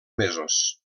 mesos